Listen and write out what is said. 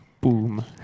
Boom